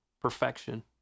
perfection